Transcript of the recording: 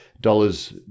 dollars